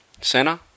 Center